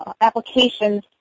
applications